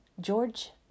George